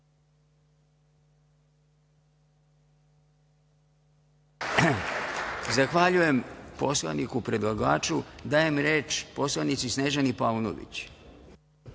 Zahvaljujem poslaniku predlagaču. Dajem reč poslanici Snežani Paunović.